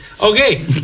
Okay